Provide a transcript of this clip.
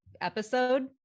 episode